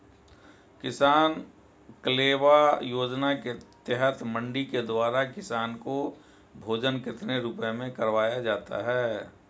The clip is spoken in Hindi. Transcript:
किसान कलेवा योजना के तहत मंडी के द्वारा किसान को भोजन कितने रुपए में करवाया जाता है?